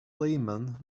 laymen